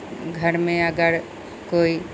घर मे अगर कोइ